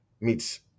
meets